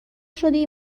شدی